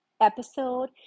episode